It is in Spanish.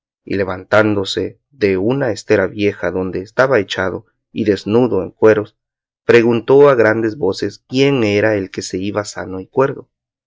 y levantándose de una estera vieja donde estaba echado y desnudo en cueros preguntó a grandes voces quién era el que se iba sano y cuerdo